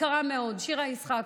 יקרה מאוד, שירה איסקוב.